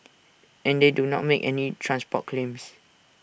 and they do not make any transport claims